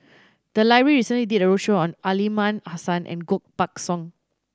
the library recently did a roadshow on Aliman Hassan and Koh Buck Song